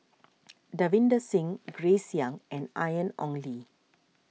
Davinder Singh Grace Young and Ian Ong Li